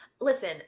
listen